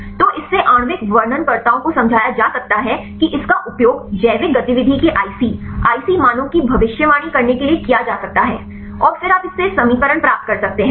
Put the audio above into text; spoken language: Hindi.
तो इससे आणविक वर्णनकर्ताओं को समझाया जा सकता है कि इसका उपयोग जैविक गतिविधि के IC IC मानों की भविष्यवाणी करने के लिए किया जा सकता है और फिर आप इसे समीकरण प्राप्त कर सकते हैं